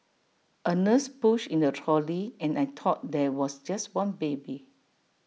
A nurse pushed in A trolley and I thought there was just one baby